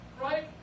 right